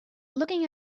looking